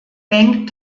bank